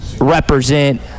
represent